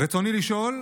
רצוני לשאול: